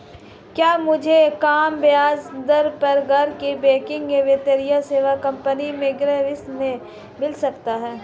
क्या मुझे कम ब्याज दर पर गैर बैंकिंग वित्तीय सेवा कंपनी से गृह ऋण मिल सकता है?